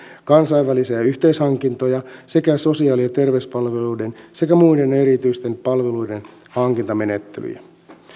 kansainvälisiä yhteishankintoja sekä sosiaali ja terveyspalveluiden sekä muiden erityisten palveluiden hankintamenettelyjä